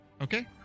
Okay